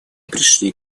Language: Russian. пришли